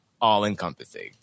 all-encompassing